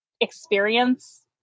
experience